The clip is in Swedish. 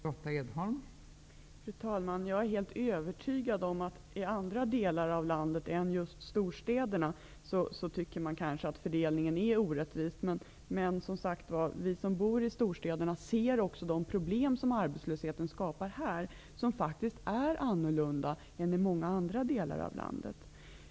Fru talman! Jag är helt övertygad om att man i andra delar av landet än just storstäderna tycker att fördelningen är orättvis. Men vi som bor i storstäderna ser de problem som arbetslösheten skapar här och som faktiskt är annorlunda än i många andra delar av landet.